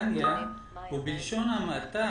מדובר פה על זה שאנחנו נותנים הטבה